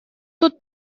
тут